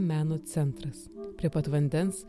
meno centras prie pat vandens